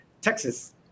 Texas